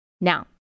now